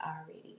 already